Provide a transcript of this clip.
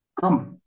come